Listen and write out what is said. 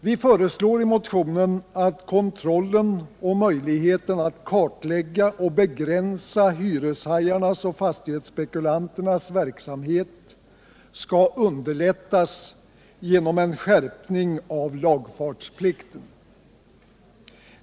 Vi föreslår i motionen att kontrollen och möjligheten att kartlägga och begränsa hyreshajarnas och fastighetsspekulanternas verksamhet skall underlättas genom en skärpning av lagfartsplikten.